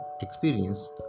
experience